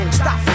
stop